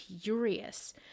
furious